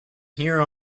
here